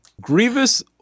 Grievous